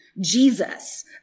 Jesus